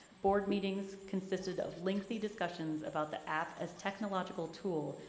board meetings consisted of lengthy discussions about the app as technological tool,